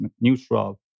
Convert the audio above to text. neutral